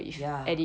ya